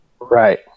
Right